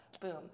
Boom